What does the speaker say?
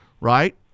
right